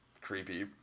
creepy